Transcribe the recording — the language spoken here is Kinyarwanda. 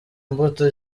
mbuto